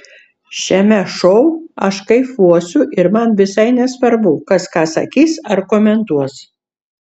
šiame šou aš kaifuosiu ir man visai nesvarbu kas ką sakys ar komentuos